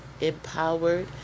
empowered